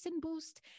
boost